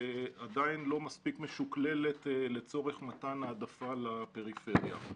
שעדיין לא מספיק משוקללת למתן העדפה לפריפריה.